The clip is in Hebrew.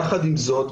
יחד עם זאת,